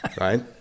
right